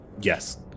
yes